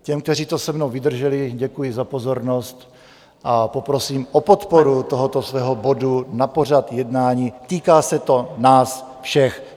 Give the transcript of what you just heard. Těm, kteří to se mnou vydrželi, děkuji za pozornost a prosím o podporu tohoto svého bodu na pořad jednání, týká se to nás všech.